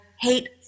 hate